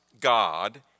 God